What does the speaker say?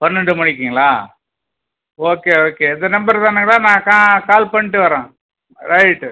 பன்னெண்டு மணிக்கிங்களா okay okay இந்த நம்பர் தானங்களா நான் கா கால் பண்ணிட்டு வரேன் ரைட்டு